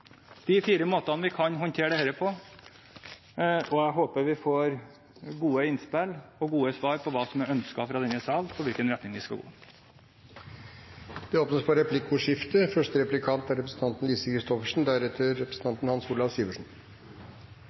de fire måtene vi kan håndtere dette på, og jeg håper vi får gode innspill og gode svar på hva som er ønsket fra denne sal om i hvilken retning vi skal gå. Det blir replikkordskifte.